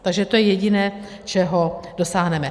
Takže to je jediné, čeho dosáhneme.